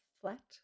flat